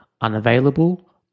unavailable